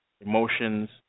emotions